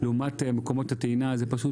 לעומת מקומות הטעינה שישנם.